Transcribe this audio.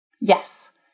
Yes